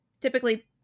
typically